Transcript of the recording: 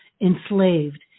enslaved